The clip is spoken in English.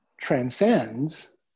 transcends